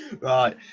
right